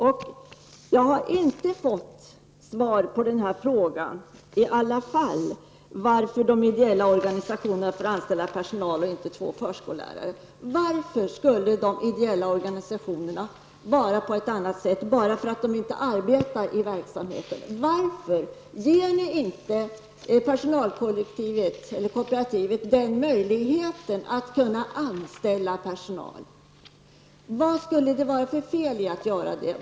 Jag har i alla fall inte fått svar på frågan varför de ideella organisationerna får anställa personal men inte två förskollärare. Varför skulle de ideella organisationerna fungera på ett annat sätt bara därför att medlemmarna inte arbetar i verksamheten? Varför ger ni inte personalkooperativen möjligheten att anställa personal? Vad skulle det vara för fel i att göra det?